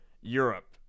Europe